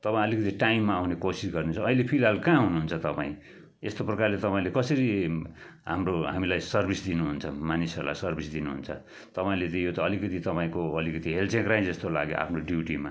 तपाईँ अलिकति टाइममा आउने कोसिस गरिदिनुहोस् अहिले फिलहाल कहाँ हुन्हुन्छ तपाईँ यस्तो प्रकारले तपाईँले कसरी हाम्रो हामीलाई सर्भिस दिनुहुन्छ मानिसहरूलाई सर्भिस दिनुहुन्छ तपाईँले त यो त अलिकति तपाईँको अलिकति हेलचेक्राँई जस्तो लाग्यो आफ्नो ड्युटीमा